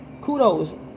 kudos